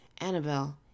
Annabelle